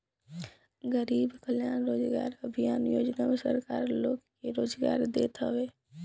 गरीब कल्याण रोजगार अभियान योजना में सरकार लोग के रोजगार देत हवे